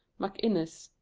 macinnes,